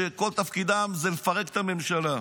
שכל תפקידם הוא לפרק את הממשלה.